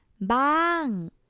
Bang